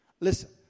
Listen